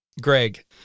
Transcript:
Greg